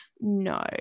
No